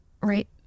Right